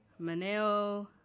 Maneo